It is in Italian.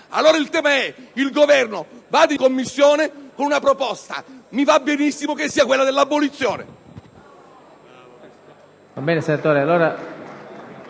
Allora, il Governo vada in Commissione con una proposta. Mi va benissimo che sia quella dell'abolizione.